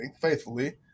faithfully